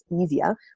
easier